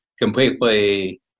completely